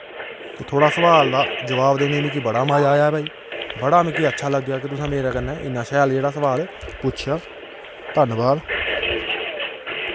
ते थोआढ़ा सवाल दा जवाब देने मिकी बड़ा मजा आया भाई बड़ा मिकी अच्छा लग्गेआ कि तुसें मेरे कन्नै इ'न्ना शैल जेह्ड़ा सवाल पुच्छेआ धन्नवाद